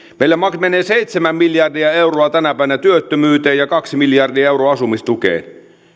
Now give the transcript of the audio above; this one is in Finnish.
meillä menee seitsemän miljardia euroa tänä päivänä työttömyyteen ja kaksi miljardia euroa asumistukeen